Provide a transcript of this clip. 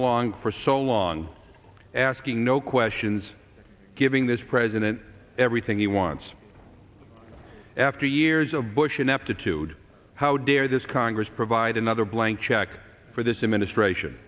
along for so long asking no questions giving this president everything he wants after years of bush ineptitude how dare this congress provide another blank check for this administration